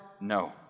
No